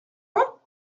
pas